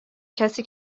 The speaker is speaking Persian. کسی